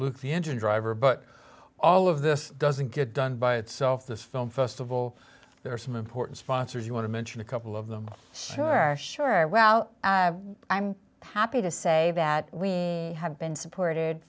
luke the engine driver but all of this doesn't get done by itself this film festival there are some important sponsors you want to mention a couple of them sure sure well i'm happy to say bad we have been supported